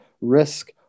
risk